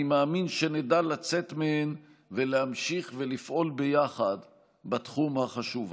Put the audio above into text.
אני מאמין שנדע לצאת מהן ולהמשיך לפעול ביחד בתחום החשוב הזה.